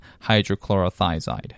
hydrochlorothiazide